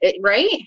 right